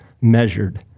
measured